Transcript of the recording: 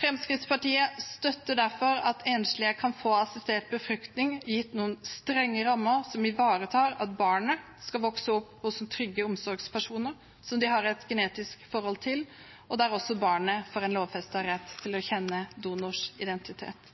Fremskrittspartiet støtter derfor at enslige kan få assistert befruktning, gitt noen strenge rammer som ivaretar at barnet skal vokse opp hos trygge omsorgspersoner som de har et genetisk forhold til, og der også barnet får en lovfestet rett til å kjenne donors identitet.